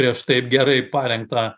prieš taip gerai parengtą